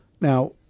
Now